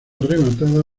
rematada